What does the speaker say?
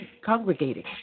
congregating